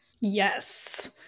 Yes